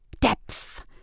Depths